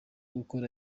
gukora